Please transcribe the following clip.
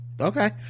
okay